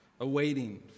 awaiting